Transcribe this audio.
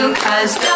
cause